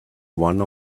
one